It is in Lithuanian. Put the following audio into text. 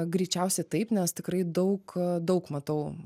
greičiausiai taip nes tikrai daug daug matau